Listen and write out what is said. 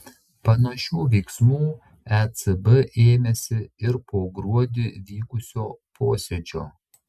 panašių veiksmų ecb ėmėsi ir po gruodį vykusio posėdžio